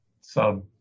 sub